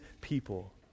people